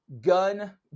gun